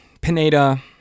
Pineda